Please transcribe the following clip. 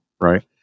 right